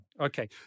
Okay